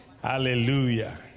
Hallelujah